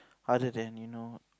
other than you know